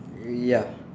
ya